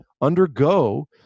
Undergo